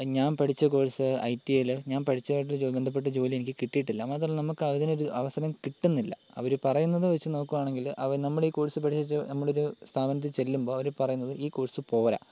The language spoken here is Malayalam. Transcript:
ഞാൻ പഠിച്ച കോഴ്സ് ഐ ടി ഐ യിൽ ഞാൻ പഠിച്ചതായിട്ട് ബന്ധപ്പെട്ട ജോലി എനിക്ക് കിട്ടിയിട്ടില്ല മാത്രമല്ല നമുക്ക് അതിനൊരു അവസരം കിട്ടുന്നില്ല അവർ പറയുന്നത് വെച്ച് നോക്കുവാണെങ്കിൽ അവർ നമ്മൾ ഈ കോഴ്സ് പഠിച്ചിട്ട് നമ്മൾ ഒരു സ്ഥാപനത്തിൽ ചെല്ലുമ്പോൾ അവർ പറയുന്നത് ഈ കോഴ്സ് പോര